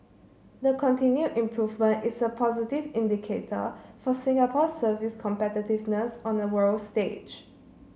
the continued improvement is a positive indicator for Singapore's service competitiveness on a world stage